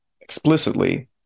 explicitly